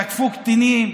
תקפו קטינים,